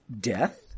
Death